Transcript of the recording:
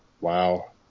Wow